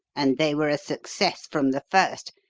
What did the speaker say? and they were a success from the first,